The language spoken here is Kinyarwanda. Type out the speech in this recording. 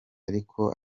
ariko